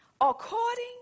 according